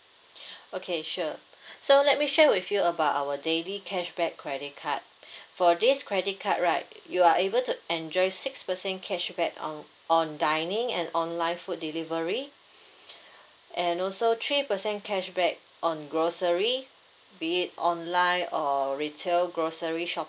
okay sure so let me share with you about our daily cashback credit card for this credit card right you are able to enjoy six percent cashback um on dining and online food delivery and also three percent cashback on grocery be it online or retail grocery shop~